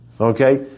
Okay